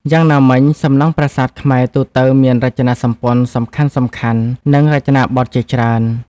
យ៉ាងណាមិញ សំណង់ប្រាសាទខ្មែរទូទៅមានរចនាសម្ព័ន្ធសំខាន់ៗ និងរចនាបថជាច្រើន។